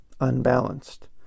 unbalanced